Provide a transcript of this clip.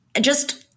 just-